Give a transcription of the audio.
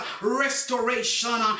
restoration